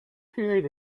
period